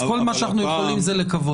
אז כל מה שאנחנו יכולים זה לקוות.